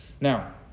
Now